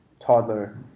toddler